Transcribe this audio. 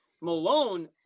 Malone